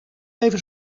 even